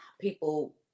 people